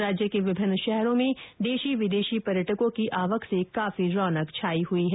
राज्य के विभिन्न शहरों में देशी विदेशी पर्यटको की आवक से काफी रौनक छायी हई है